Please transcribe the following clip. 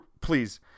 please